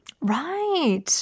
Right